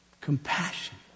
compassion